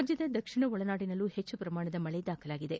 ರಾಜ್ವದ ದಕ್ಷಿಣ ಒಳನಾಡಿನಲ್ಲೂ ಹೆಚ್ಚು ಪ್ರಮಾಣದ ಮಳೆ ದಾಖಲಾಗಿದೆ